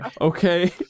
Okay